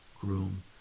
groom